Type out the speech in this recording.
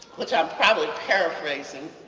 which i'm probably paraphrasing,